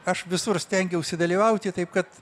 aš visur stengiausi dalyvauti taip kad